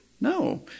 No